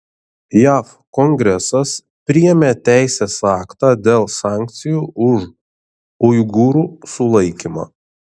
jav kongresas priėmė teisės aktą dėl sankcijų už uigūrų sulaikymą